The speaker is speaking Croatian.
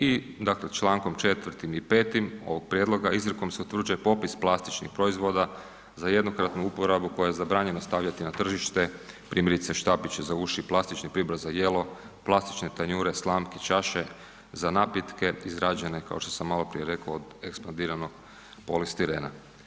I čl. 4. i 5. ovog prijedloga izrijekom se utvrđuje popis plastičnih proizvoda za jednokratnu uporabu koje je zabranjeno stavljati na tržište, primjerice štapići za uši, plastični pribor za jelo, plastične tanjure, slamke, čaše za napitke izrađene kao što sam maloprije rekao od ekspandiranog polistirena.